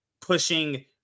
pushing